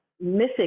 missing